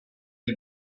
die